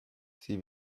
sie